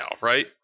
right